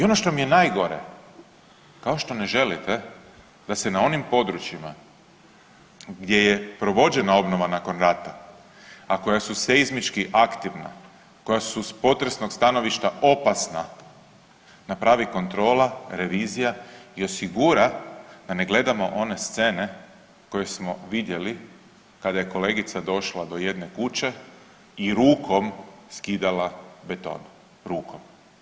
I ono što mi je najgore kao što ne želite da se na onim područjima gdje je provođena obnova nakon rata, a koja su seizmički aktivna, koja su sa potresnog stanovišta opasna napravi kontrola, revizija i osigura da ne gledamo one scene koje smo vidjeli kada je kolegica došla do jedne kuće i rukom skidala beton, rukom.